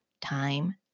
time